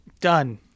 Done